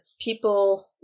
people